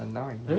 annoying